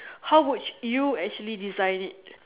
how would you actually design it